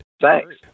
Thanks